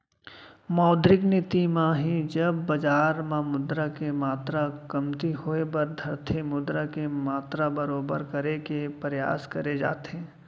मौद्रिक नीति म ही जब बजार म मुद्रा के मातरा कमती होय बर धरथे मुद्रा के मातरा बरोबर करे के परयास करे जाथे